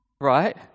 right